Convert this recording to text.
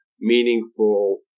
meaningful